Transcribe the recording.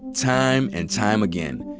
time and time again,